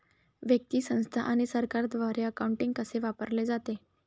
व्यक्ती, संस्था आणि सरकारद्वारे अकाउंटिंग कसे वापरले जाते